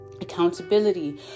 accountability